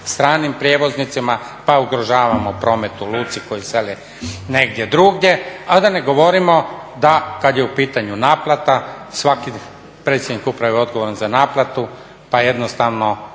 stranim prijevoznicima pa ugrožavamo promet u luci koji seli negdje drugdje. A da ne govorimo da kad je u pitanju naplata svaki predsjednik uprave je odgovoran za naplatu pa jednostavno